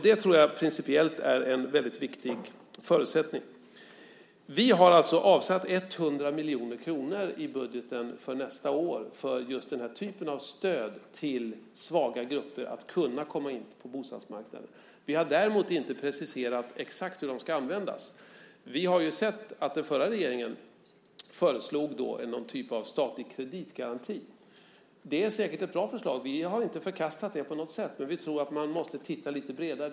Det tror jag principiellt är en mycket viktig förutsättning. Vi har alltså avsatt 100 miljoner kronor i budgeten för nästa år för just den här typen av stöd till svaga grupper, för att de ska kunna komma in på bostadsmarknaden. Vi har däremot inte preciserat exakt hur pengarna ska användas. Vi har ju sett att den förra regeringen föreslog någon typ av statlig kreditgaranti. Det är säkert ett bra förslag. Vi har inte förkastat det på något sätt. Men vi tror att man måste titta lite bredare.